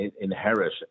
inherit